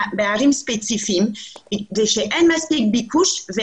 בערים ספציפיות שאין מספיק ביקוש,